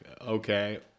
okay